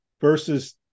versus